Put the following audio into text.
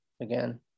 again